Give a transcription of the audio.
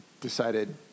decided